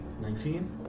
Nineteen